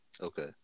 Okay